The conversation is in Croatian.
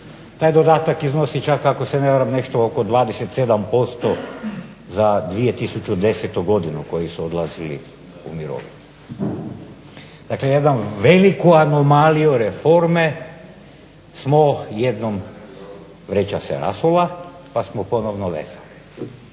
Taj dodatak iznosi čak ako se ne varam nešto oko 27% za 2010. godinu koji su odlazili u mirovinu. Dakle jednu veliku anomaliju reforme smo jednom, vreća se rasula pa smo ponovno vezali.